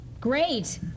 Great